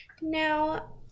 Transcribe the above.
now